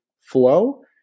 flow